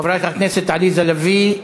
חברת הכנסת עליזה לביא,